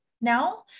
now